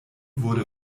wurde